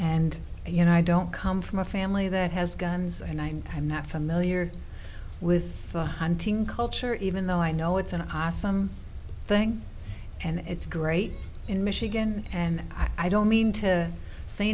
and you know i don't come from a family that has guns and i'm not familiar with the hunting culture even though i know it's an awesome thing and it's great in michigan and i don't mean to say